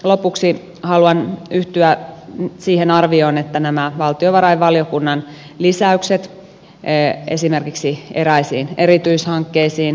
lopuksi haluan yhtyä arvioon näiden valtiovarainvaliokunnan lisäyksistä esimerkiksi eräisiin erityishankkeisiin